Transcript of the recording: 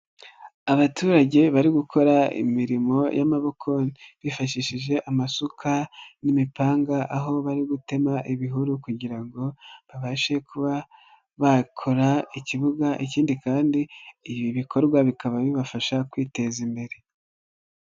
Abaturage bari gukora imirimo y'amaboko, bifashishije amasuka n'imipanga, aho bari gutema ibihuru kugira ngo babashe kuba bakora ikibuga, ikindi kandi ibi bikorwa bikaba bibafasha kwiteza imbere.